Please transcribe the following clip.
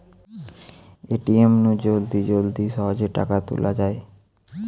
ATM নু জলদি জলদি সহজে টাকা তুলা যায়